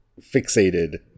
fixated